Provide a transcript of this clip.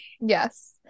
Yes